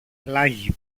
πλάγι